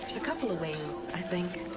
a couple of wings, i think.